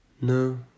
No